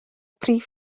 prif